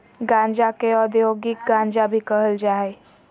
गांजा के औद्योगिक गांजा भी कहल जा हइ